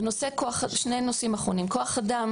כוח-אדם